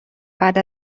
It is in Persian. بعد